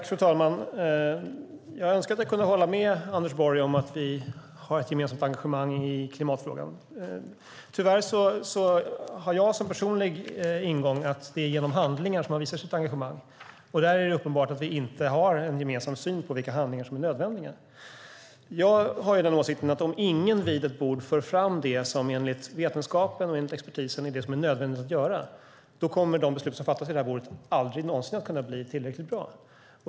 Fru talman! Jag önskar att jag kunde hålla med Anders Borg om att vi har ett gemensamt engagemang i klimatfrågan. Jag har dock som personlig ingång att det är genom handling man visar sitt engagemang, och tyvärr är det uppenbart att vi inte har en gemensam syn på vilka handlingar som är nödvändiga. Jag har åsikten att om ingen vid ett bord för fram det som enligt vetenskapen och expertisen är nödvändigt att göra kommer de beslut som fattas vid bordet aldrig någonsin att kunna bli tillräckligt bra.